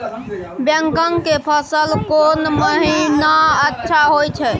बैंगन के फसल कोन महिना अच्छा होय छै?